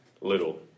little